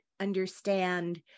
understand